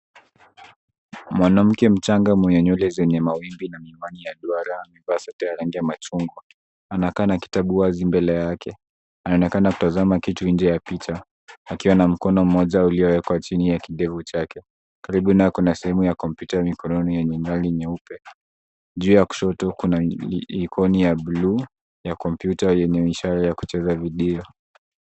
Mwanamke mchaga mwenye nywele zenye mawimbi na miwani ya duara amevaa sweta ya machungwa. Anakaa na kitabu wazi mbele yake. Anaonekana kutazama kitu nje ya picha, akiwa na mkono mmoja uliowekwa chini ya kidevu chake. Karibu naye kuna sehemu ya kompyuta mikononi yenye rangi nyeupe. Njia ya kushoto, kuna icon ya buluu ya kompyuta yenye ishara ya kucheza video.